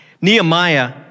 Nehemiah